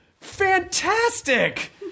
fantastic